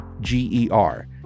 G-E-R